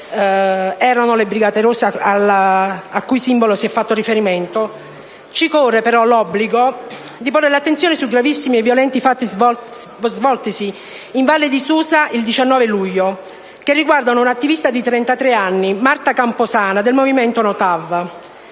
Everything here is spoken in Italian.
erano le Brigate Rosse, al cui simbolo si è fatto riferimento. Ci corre però l'obbligo di porre l'attenzione su gravissimi e violenti fatti svoltisi in Val di Susa il 19 luglio, che riguardano un'attivista di 33 anni, Marta Camposana, del movimento No